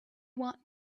want